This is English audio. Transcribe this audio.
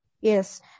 yes